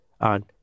on